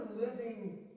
living